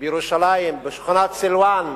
בירושלים, בשכונת סילואן,